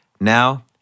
Now